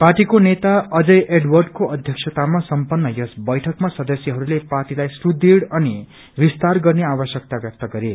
पार्टीको नेता अजय एडवर्डको अध्यक्षतामा सम्पन्न यस वैठकमा सदस्यहरूले पार्टीलाई सुट्टढ़ अनि विस्तार गर्ने आवश्यक्ता ब्यक्त गरे